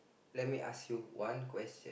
lemme ask you one question